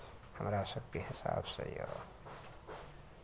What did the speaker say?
हमरा सभके हिसाबसँ यए